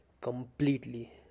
completely